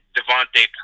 Devontae